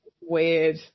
Weird